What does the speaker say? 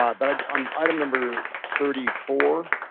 um but like on item number thirty four,